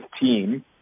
team